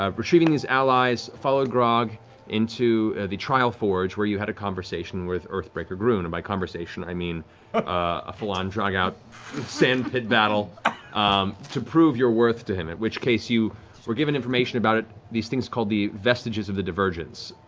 um retrieving these allies, followed grog into the trial forge, where you had a conversation with earthbreaker groon. and by conversation i mean a full-on drag-out sandpit battle to prove your worth to him, in which case you were given information about these things called the vestiges of the divergence,